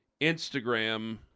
Instagram